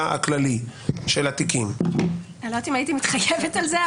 הכללי של התיקים --- אני לא יודעת אם הייתי מתחייבת על זה.